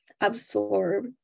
absorb